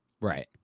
Right